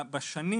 בשנים